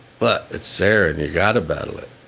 but it's there and you gotta battle it.